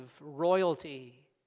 royalty